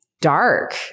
dark